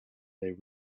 they